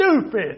stupid